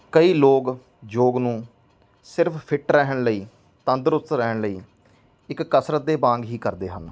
ਕਈ ਲੋਕ ਯੋਗ ਨੂੰ ਸਿਰਫ ਫਿਟ ਰਹਿਣ ਲਈ ਤੰਦਰੁਸਤ ਰਹਿਣ ਲਈ ਇੱਕ ਕਸਰਤ ਦੇ ਵਾਂਗ ਹੀ ਕਰਦੇ ਹਨ